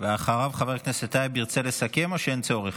אחריו חבר הכנסת טייב ירצה לסכם, או שאין צורך?